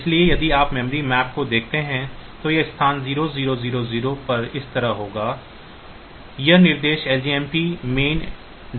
इसलिए यदि आप मेमोरी मैप को देखते हैं तो यह स्थान 0 0 0 0 पर इस तरह होगा यह निर्देश लजमप मेन डाल देगा